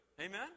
Amen